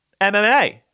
MMA